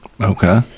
Okay